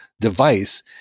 device